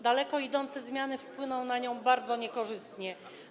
Daleko idące zmiany wpłyną na nią bardzo niekorzystnie.